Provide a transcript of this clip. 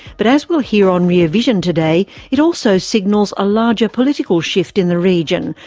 but as we'll hear on rear vision today, it also signals a larger political shift in the region,